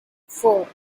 four